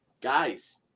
Guys –